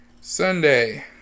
Sunday